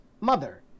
mother